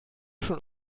schon